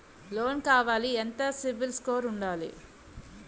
Loan కావాలి ఎంత CIBIL score ఉండాలి?